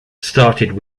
started